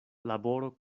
laboro